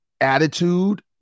attitude